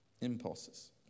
Impulses